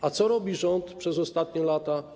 A co robi rząd przez ostatnie lata?